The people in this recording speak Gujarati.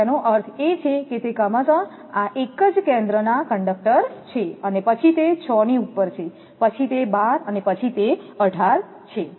તેથી તેનો અર્થ એ છે કે તે ક્રમશ આ એક જ કેન્દ્રના કંડકટર છે પછી તે 6 ની ઉપર છે પછી તે 12 અને પછી તે 18 છે